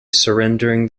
surrendering